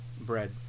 bread